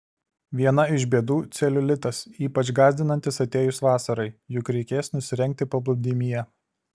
viena iš bėdų celiulitas ypač gąsdinantis atėjus vasarai juk reikės nusirengti paplūdimyje